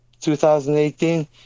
2018